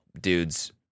dudes